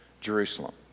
Jerusalem